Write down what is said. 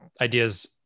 ideas